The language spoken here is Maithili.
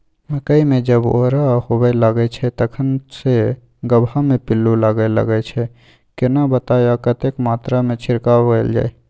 मकई मे जब ओरहा होबय लागय छै तखन से गबहा मे पिल्लू लागय लागय छै, केना दबाय आ कतेक मात्रा मे छिरकाव कैल जाय?